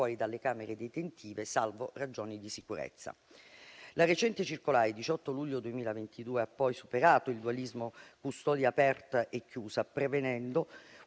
dalle camere detentive, salvo ragioni di sicurezza. La recente circolare del 18 luglio 2022 ha poi superato il dualismo tra custodia aperta e chiusa, prevedendo una